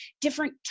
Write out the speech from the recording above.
different